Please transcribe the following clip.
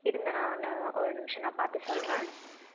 இருங்க நான் ஒரு நிமிஷம் நான் பார்த்து சொல்கிறேன்